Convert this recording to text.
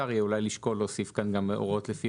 אולי יהיה אפשר לשקול להוסיף כאן גם הוראות לפי